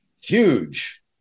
huge